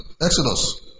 Exodus